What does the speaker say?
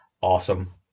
awesome